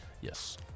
Yes